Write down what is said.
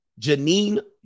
Janine